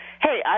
Hey